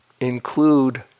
include